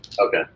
Okay